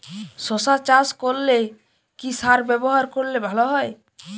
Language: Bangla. শশা চাষ করলে কি সার ব্যবহার করলে ভালো হয়?